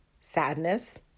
sadness